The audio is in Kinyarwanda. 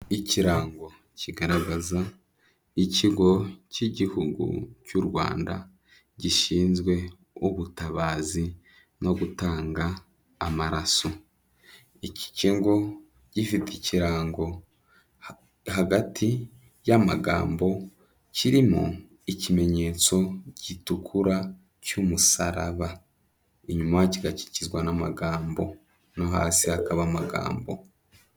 Ikirango kigaragaza Ikigo K'Igihugu cy'u Rwanda gishinzwe ubutabazi no gutanga amaraso. Iki kigo gifite ikirango, hagati y'amagambo kirimo ikimenyetso gitukura cy'umusaraba, inyuma kigakikizwa n'amagambo no hasi hakaba amagambo.